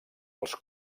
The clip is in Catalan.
els